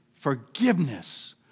forgiveness